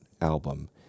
album